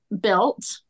built